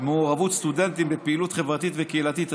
מעורבות סטודנטים בפעילות חברתית וקהילתית,